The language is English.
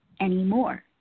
anymore